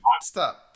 Stop